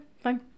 fine